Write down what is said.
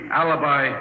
alibi